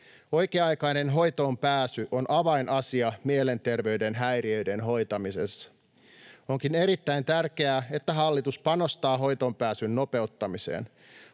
Oikea-aikainen hoitoonpääsy on avainasia mielenterveyden häiriöiden hoitamisessa. Onkin erittäin tärkeää, että hallitus panostaa hoitoonpääsyn nopeuttamiseen.